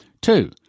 Two